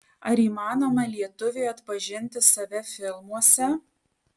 ar įmanoma lietuviui atpažinti save filmuose